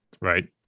right